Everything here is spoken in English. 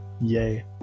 Yay